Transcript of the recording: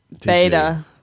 beta